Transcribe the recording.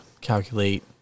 calculate